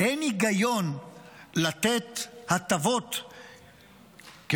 אין היגיון לתת הטבות לחקלאות,